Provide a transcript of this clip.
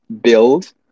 build